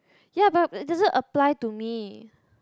yea but it doesn't apply to me